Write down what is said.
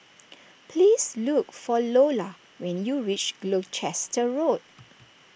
please look for Lola when you reach Gloucester Road